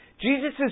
Jesus